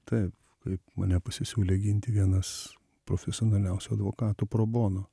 taip taip mane pasisiūlė ginti vienas profesionaliausių advokatų pro bono